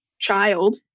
child